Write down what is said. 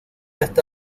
está